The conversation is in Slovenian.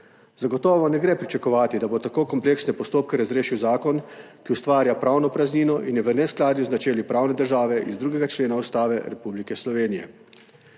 Zagotovo ne gre pričakovati, da bo tako kompleksne postopke razrešil zakon, ki ustvarja pravno praznino in je v neskladju z načeli pravne države iz 2. člena Ustave Republike Slovenije.